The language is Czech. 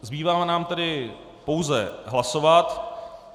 Zbývá nám tedy pouze hlasovat.